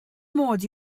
mod